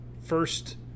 first